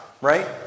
right